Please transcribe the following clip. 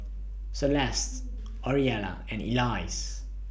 Celeste Orelia and Elyse